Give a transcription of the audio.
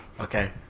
Okay